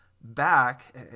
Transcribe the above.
back